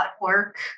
work